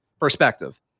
perspective